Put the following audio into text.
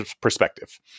perspective